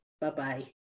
Bye-bye